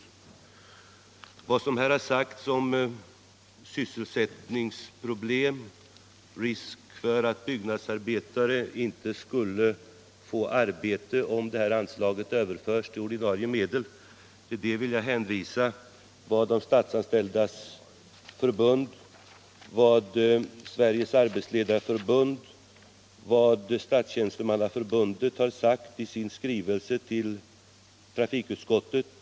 I anslutning till vad som här har sagts om sysselsättningsproblem, risk för att byggnadsarbetare inte skulle få arbete om detta anslag överförs till ordinarie medel, vill jag hänvisa till vad Statsanställdas förbund, Sveriges arbetsledareförbund och Statstjänstemannaförbundet har sagt i sin skrivelse till trafikutskottet.